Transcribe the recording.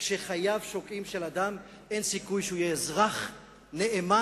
כשחייו של אדם שוקעים אין סיכוי שהוא יהיה אזרח נאמן,